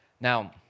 Now